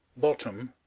bottom,